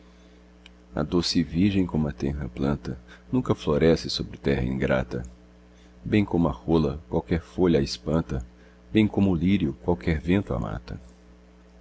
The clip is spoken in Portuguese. a doce virgem como a tenra planta nunca floresce sobre terra ingrata bem como a rola qualquer folha a espanta bem como o lírio qualquer vento a mata